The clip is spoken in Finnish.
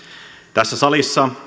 tässä salissa